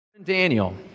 Daniel